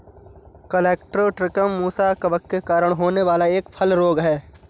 colletotrichum musa कवक के कारण होने वाला एक फल रोग है